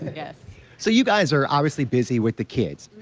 ah yeah so you guys are obviously busy with the kids.